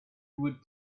would